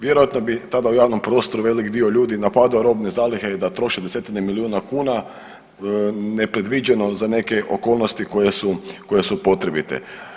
Vjerojatno bi tada u javnom prostoru velik dio ljudi napadao robne zalihe da troše desetine milijuna kuna nepredviđeno za neke okolnosti koje su potrebite.